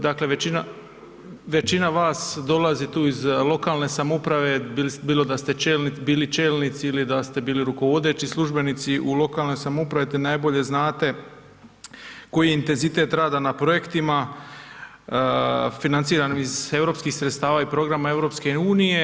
Dakle, većina vas dolazi tu iz lokalne samouprave, bilo da ste bili čelnici ili da ste bili rukovodeći službenici u lokalnoj samoupravi te najbolje znate koji je intenzitet rada na projektima financirano iz europskih sredstava i programa EU.